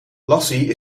lassie